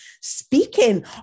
speaking